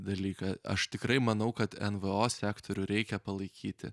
dalyką aš tikrai manau kad nvo sektorių reikia palaikyti